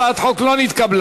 הצעת החוק לא נתקבלה.